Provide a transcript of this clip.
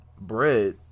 bread